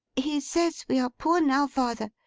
he says we are poor now, father,